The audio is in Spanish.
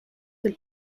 del